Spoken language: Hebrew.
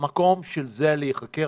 המקום של זה להיחקר.